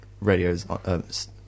radios